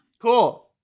Cool